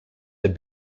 have